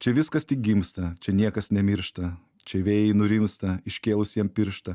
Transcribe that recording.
čia viskas tik gimsta čia niekas nemiršta čia vėjai nurimsta iškėlus jiem pirštą